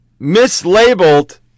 mislabeled